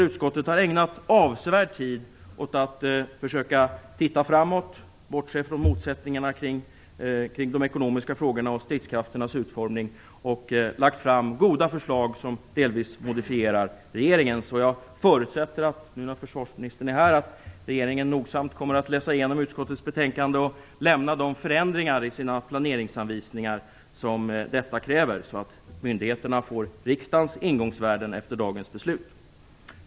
Utskottet har ägnat avsevärd tid åt att försöka titta framåt och bortse från motsättningarna när det gäller de ekonomiska frågorna och stridskrafternas utformning. Goda förslag har lagts fram som delvis modifierar regeringens. Jag förutsätter, försvarsministern, att regeringen nogsamt läser igenom utskottets betänkande och lämnar de förändringar i sina planeringsanvisningar som detta kräver, så att myndigheterna efter dagens beslut får riksdagens ingångsvärden.